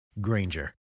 granger